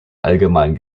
allgemeinen